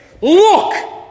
Look